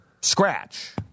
Scratch